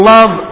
Love